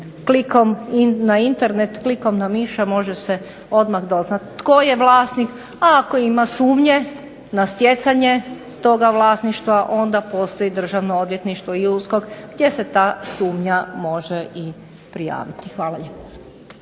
klikom na Internet, klikom na miša može se odmah doznati tko je vlasnik. A ako ima sumnje na stjecanje toga vlasništva onda postoji Državno odvjetništvo i USKOK gdje se ta sumnja može i prijaviti. Hvala lijepa.